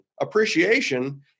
Appreciation